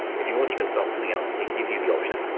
if you want you ccan start something else, it gives you the option.